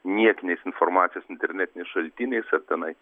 niekiniais informacijos internetiniais šaltiniais ar tenai